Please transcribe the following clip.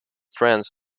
trends